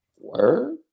word